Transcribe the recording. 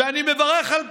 ואני מברך על כך,